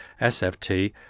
sft